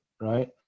right